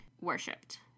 worshipped